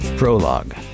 Prologue